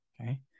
Okay